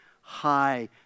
high